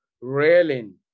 railing